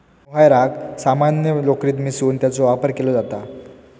मोहायराक सामान्य लोकरीत मिसळून त्याचो वापर केलो जाता